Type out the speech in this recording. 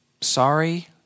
sorry